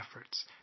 efforts